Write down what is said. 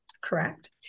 correct